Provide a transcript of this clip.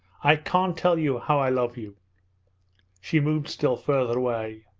i can't tell you how i love you she moved still farther away.